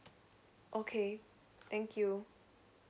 okay thank you